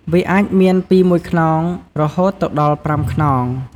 វាអាចមានពីមួយខ្នងរហូតទៅដល់ប្រាំខ្នង។